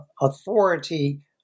authority